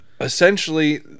essentially